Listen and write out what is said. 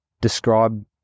Describe